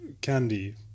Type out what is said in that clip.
candy